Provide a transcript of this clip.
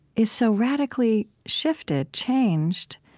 is so radically shifted, changed.